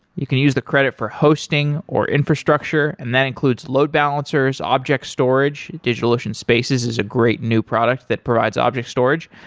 you can use the credit for hosting, or infrastructure, and that includes load balancers, object storage. digitalocean spaces is a great new product that provides object storage,